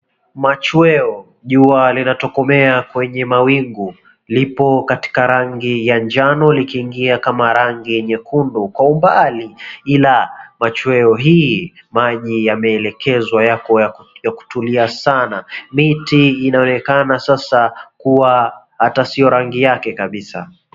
Machweo, jua linatokomea kwenye mawingu lipo katika rangi ya njano likiingia kama rangi nyekundu kwa umbali, ila machweo hii maji yameelekezwa yako ya kutulia sana, miti inaonekana sasa kuwa ata sio rangi yake kabisa.